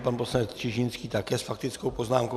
Pan poslanec Čižinský také s faktickou poznámkou.